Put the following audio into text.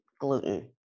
gluten